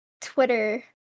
Twitter